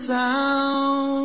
town